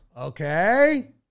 Okay